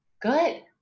Good